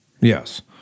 Yes